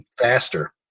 faster